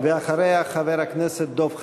אחריה, חבר הכנסת דב חנין.